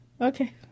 Okay